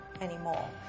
anymore